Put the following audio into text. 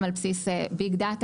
גם על בסיס ביג-דאטה.